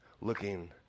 looking